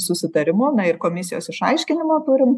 susitarimu na ir komisijos išaiškinimą turim